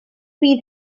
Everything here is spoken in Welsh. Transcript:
bydd